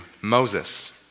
Moses